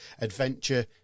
adventure